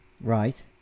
Right